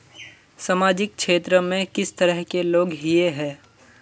सामाजिक क्षेत्र में किस तरह के लोग हिये है?